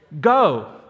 go